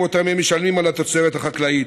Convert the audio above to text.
שאותם הם משלמים על התוצרת החקלאית.